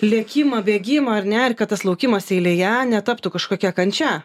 lėkimą bėgimą ar ne ir kad tas laukimas eilėje netaptų kažkokia kančia